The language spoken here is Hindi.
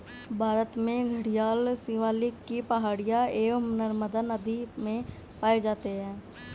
भारत में घड़ियाल शिवालिक की पहाड़ियां एवं नर्मदा नदी में पाए जाते हैं